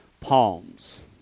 palms